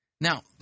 Now